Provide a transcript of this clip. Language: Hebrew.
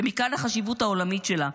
ומכאן החשיבות העולמית שלה.